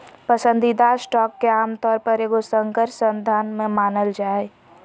पसंदीदा स्टॉक के आमतौर पर एगो संकर साधन मानल जा हइ